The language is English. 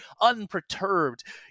unperturbed